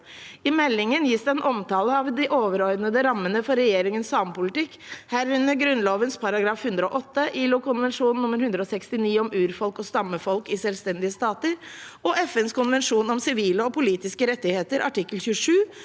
I meldingen gis det en omtale av de overordnede rammene for regjeringens samepolitikk, herunder Grunnloven § 108, ILO-konvensjon nr. 169 om urfolk og stammefolk i selvstendige stater og FNs konvensjon om sivile og politiske rettigheter, artikkel